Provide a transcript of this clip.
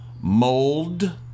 Mold